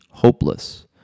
hopeless